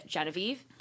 Genevieve